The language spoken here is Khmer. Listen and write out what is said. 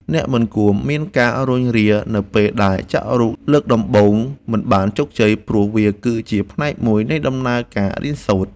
អ្នកមិនគួរមានការរុញរានៅពេលដែលចាក់រូបលើកដំបូងមិនបានជោគជ័យ ព្រោះវាគឺជាផ្នែកមួយនៃដំណើរការរៀនសូត្រ។